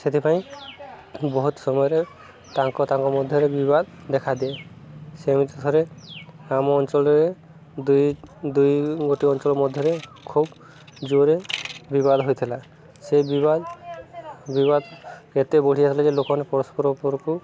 ସେଥିପାଇଁ ବହୁତ ସମୟରେ ତାଙ୍କ ତାଙ୍କ ମଧ୍ୟରେ ବିବାଦ ଦେଖା ଦିଏ ସେମିତି ଥରେ ଆମ ଅଞ୍ଚଳରେ ଦୁଇ ଦୁଇ ଗୋଟିଏ ଅଞ୍ଚଳ ମଧ୍ୟରେ ଖୁବ ଜୋରେ ବିବାଦ ହୋଇଥିଲା ସେ ବିବାଦ ବିବାଦ ଏତେ ବଢ଼ି ଯାଇଥିଲା ଯେ ଲୋକମାନେ ପରସ୍ପର ଉପରକୁ